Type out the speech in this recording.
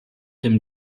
dem